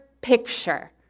picture